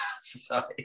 Sorry